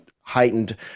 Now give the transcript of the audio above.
heightened